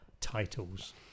titles